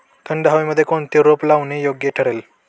थंड हवेमध्ये कोणते रोप लावणे योग्य ठरेल?